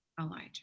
Elijah